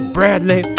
Bradley